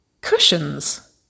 Cushions